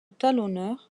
talonneur